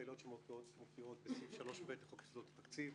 העילות שמופיעות בסעיף 3ב לחוק יסודות התקציב,